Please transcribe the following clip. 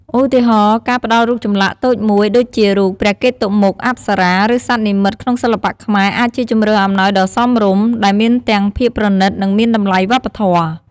ឧទាហរណ៍ ការផ្តល់រូបចម្លាក់តូចមួយដូចជារូបព្រះកេតុមុខ អប្សរា ឬសត្វនិមិត្តក្នុងសិល្បៈខ្មែរអាចជាជម្រើសអំណោយដ៏សមរម្យ ដែលមានទាំងភាពប្រណិត និងមានតម្លៃវប្បធម៌។